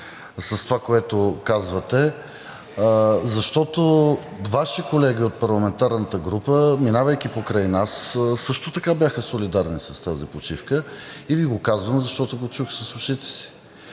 с това, което казвате? Защото Ваши колеги от парламентарната група, минавайки покрай нас, също така бяха солидарни с тази почивка, и Ви го казвам, защото го чух с ушите си.